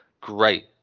great